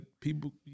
people